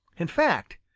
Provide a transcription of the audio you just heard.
in fact,